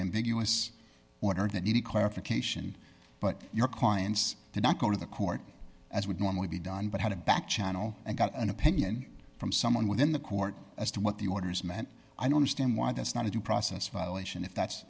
ambiguous water that needed clarification but your clients did not go to the court as would normally be done but had a back channel and got an opinion from someone within the court as to what the orders meant i don't stand why that's not a due process violation if that's